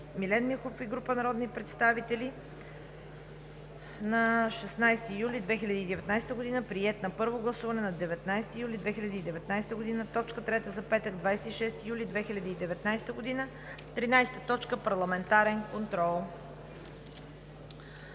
Милен Михов и група народни представители на 16 юли 2019 г. Приет на първо гласуване на 19 юли 2019 г.) – точка трета за петък, 26 юли 2019 г. 13. Парламентарен контрол.“